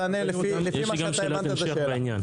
תענה לפי מה שאתה הבנת את השאלה.